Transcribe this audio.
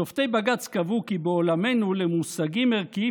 שופטי בג"ץ קבעו כי בעולמנו למושגים ערכיים